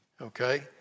Okay